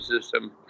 system